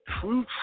true